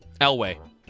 Elway